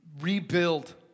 rebuild